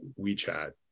WeChat